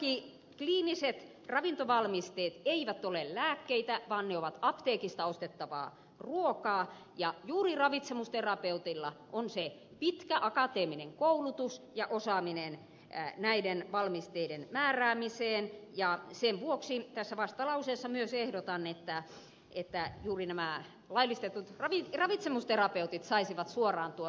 todellakin kliiniset ravintovalmisteet eivät ole lääkkeitä vaan ne ovat apteekista ostettavaa ruokaa ja juuri ravitsemusterapeutilla on se pitkä akateeminen koulutus ja osaaminen näiden valmisteiden määräämiseen ja sen vuoksi tässä vastalauseessa myös ehdotan että juuri nämä laillistetut ravitsemusterapeutit saisivat suoraan tuon reseptinkirjoitusoikeuden